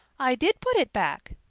i did put it back,